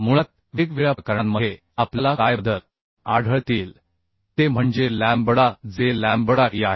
मुळात वेगवेगळ्या प्रकरणांमध्ये आपल्याला काय बदल आढळतील ते म्हणजे लॅम्बडा जे लॅम्बडा ई आहे